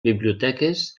biblioteques